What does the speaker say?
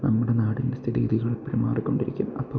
നമ്മുടെ നാടിൻ്റെ സ്ഥിതി ഗതികൾ എപ്പോഴും മാറിക്കൊണ്ടിരിക്കും അപ്പം